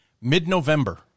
mid-November